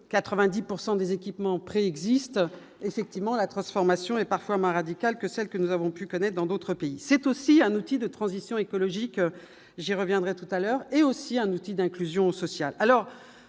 des équipements existe effectivement la transformation et parfois ma radicale que celle que nous avons pu connaître dans d'autres pays, c'est aussi un outil de transition écologique j'ai reviendra tout à l'heure est aussi un outil d'inclusion sociale,